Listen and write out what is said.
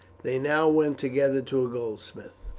they now went together to a goldsmith.